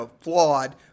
flawed